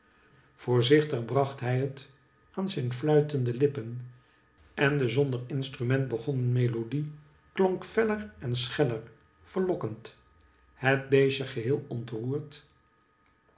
voorzichtig bracht hij het aan zijn fluitende lippen en de zonder instrument begonnen melodie klonk feller en scheller verlokkend het beestje geheel ontroerd